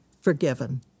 forgiven